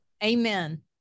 Amen